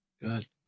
good